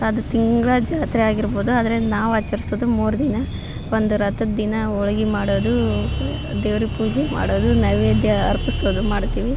ಅದು ತಿಂಗಳ ಜಾತ್ರೆಯಾಗಿರ್ಬೋದು ಆದರೆ ನಾವು ಆಚರಿಸೋದು ಮೂರು ದಿನ ಒಂದು ರಥದ ದಿನ ಹೋಳ್ಗಿ ಮಾಡೋದು ದೇವ್ರಿಗೆ ಪೂಜೆ ಮಾಡೋದು ನೈವೇದ್ಯ ಅರ್ಪಿಸೋದು ಮಾಡ್ತೀವಿ